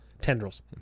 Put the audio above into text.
Tendrils